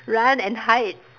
run and hide